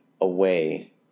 away